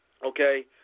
okay